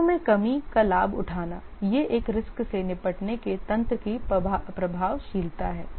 risk में कमी का लाभ उठाना यह एक रिस्क से निपटने के तंत्र की प्रभावशीलता है